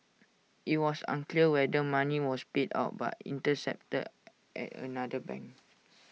IT was unclear whether money was paid out but intercepted at another bank